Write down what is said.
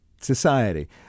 society